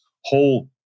whole